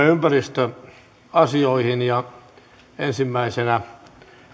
ympäristöasioihin ja ensimmäisenä